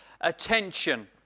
attention